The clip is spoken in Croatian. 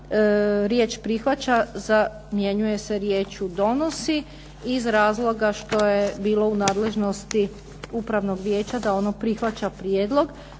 riječ prihvaća zamjenjuje se riječju donosi iz razloga što je bilo u nadležnosti Upravnog vijeća da ono prihvaća prijedlog.